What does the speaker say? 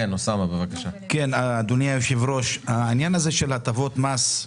אדוני היושב-ראש, עניין הטבות מס,